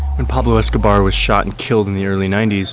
when pablo escobar was shot and killed in the early ninety s,